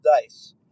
dice